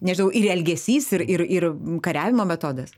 nežinau ir elgesys ir ir ir kariavimo metodas